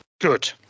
Good